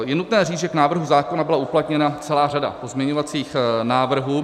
Je nutné říci, že k návrhu zákona byla uplatněna celá řada pozměňovacích návrhů.